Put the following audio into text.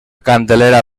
candelera